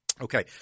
Okay